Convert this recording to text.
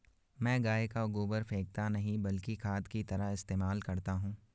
मैं गाय का गोबर फेकता नही बल्कि खाद की तरह इस्तेमाल करता हूं